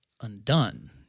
undone